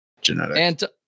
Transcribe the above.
genetic